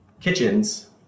kitchens